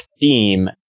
theme